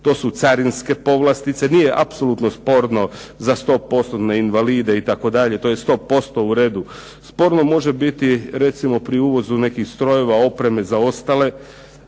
to su carinske povlastice. Nije apsolutno sporno za 100%-tne invalide itd., to je 100% u redu. Sporno može biti recimo pri uvozu nekih strojeva, opreme zaostale.